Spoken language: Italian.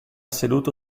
seduto